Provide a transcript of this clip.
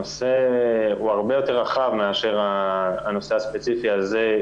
הנושא הוא הרבה יותר רחב מאשר הנושא הספציפי הזה,